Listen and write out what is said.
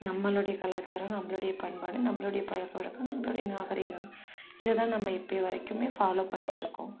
நம்மளுடைய கலாச்சாரமும் நம்மளுடைய பண்பாடும் நம்மளுடைய பழக்க வழக்கமும் நம்மளுடைய நாகரீகம் இத தான் நம்ம இப்ப வரைக்கும் ஃபாலோவ் பண்ணிட்டிருக்கோம்